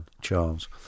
Charles